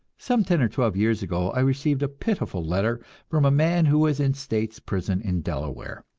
some ten or twelve years ago i received a pitiful letter from a man who was in state's prison in delaware,